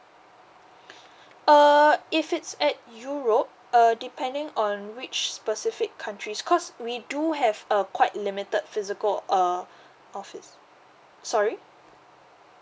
uh if it's at europe uh depending on which specific countries cause we do have a quite limited physical uh office sorry